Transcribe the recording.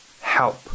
help